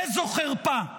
איזו חרפה.